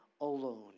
alone